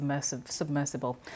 submersible